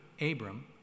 Abram